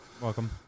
Welcome